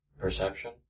perception